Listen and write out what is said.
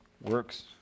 works